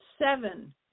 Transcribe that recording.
Seven